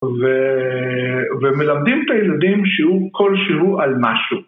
ומלמדים את הילדים שהוא כלשהו על משהו.